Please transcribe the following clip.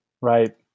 Right